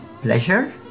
pleasure